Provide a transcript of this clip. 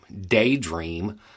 daydream